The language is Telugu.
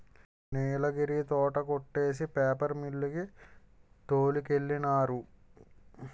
నీలగిరి తోట కొట్టేసి పేపర్ మిల్లు కి తోలికెళ్ళినారు